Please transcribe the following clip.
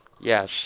Yes